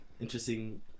Interesting